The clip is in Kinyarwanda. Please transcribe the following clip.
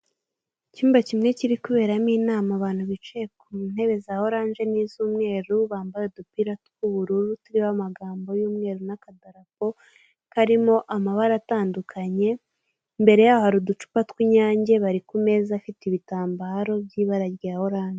Mu cyumba kimwe kiri kuberamo inama abantu bicaye ku ntebe za oranje niz'umweru bambaye udupira tw'ubururu turiho amagambo y'umweru n'akadarapo karimo amabara atandukanye imbere yaho hari uducupa tw'inyange bari kumeza afite ibitambaro by'ibara rya oranje.